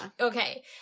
Okay